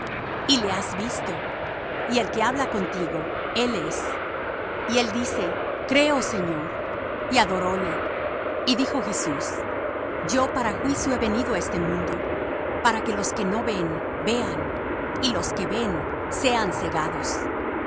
y le has visto y el que habla contigo él es y él dice creo señor y adoróle y dijo jesús yo para juicio he venido á este mundo para que los que no ven vean y los que ven sean cegados